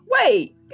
Wait